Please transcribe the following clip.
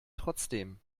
trotzdem